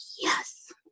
yes